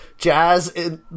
jazz